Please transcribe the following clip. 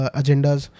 agendas